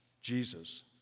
Jesus